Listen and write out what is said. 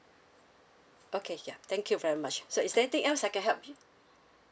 okay ya thank you very much so is there anything else I can help you